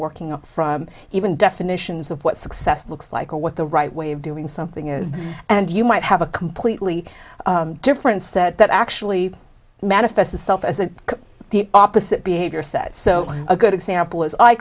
working on from even definitions of what success looks like or what the right way of doing something is and you might have a completely different set that actually manifests itself as an opposite behavior said so a good example is